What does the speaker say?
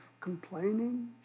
complaining